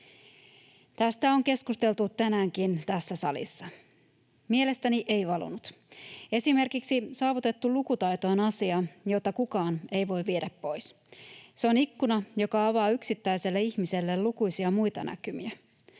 Tästä on keskusteltu tänäänkin tässä salissa. Mielestäni ei valunut. Esimerkiksi saavutettu lukutaito on asia, jota kukaan ei voi viedä pois. Se on ikkuna, joka avaa yksittäiselle ihmiselle lukuisia muita näkymiä.